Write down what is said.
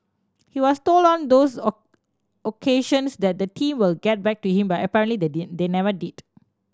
he was told on those occasions that the team will get back to him but apparently they did they never did